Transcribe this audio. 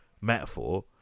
metaphor